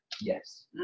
Yes